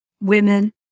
women